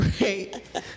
Right